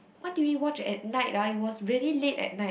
what did we watch at night ah it was really late at night